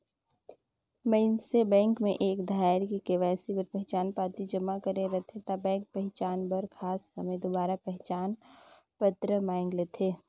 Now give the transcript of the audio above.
मइनसे बेंक में एक धाएर के.वाई.सी बर पहिचान पाती जमा करे रहथे ता बेंक पहिचान बर खास समें दुबारा पहिचान पत्र मांएग लेथे